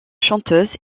chanteuse